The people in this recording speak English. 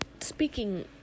speaking